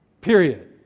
Period